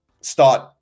start